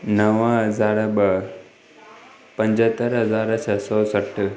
नव हज़ार ॿ पंजहतरि हज़ार छ्ह सौ सठि